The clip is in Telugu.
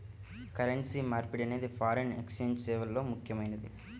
కరెన్సీ మార్పిడి అనేది ఫారిన్ ఎక్స్ఛేంజ్ సేవల్లో ముఖ్యమైనది